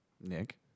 Nick